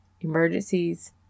Emergencies